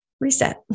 reset